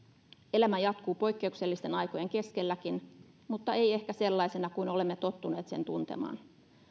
elämä jatkuu poikkeuksellisten aikojen keskelläkin mutta ei ehkä sellaisena kuin olemme tottuneet sen tuntemaan